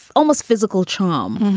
almost physical charm.